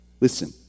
listen